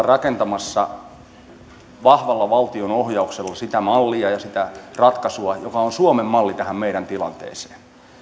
rakentamassa nyt vahvalla valtion ohjauksella sitä mallia ja sitä ratkaisua joka on suomen malli tähän meidän tilanteeseen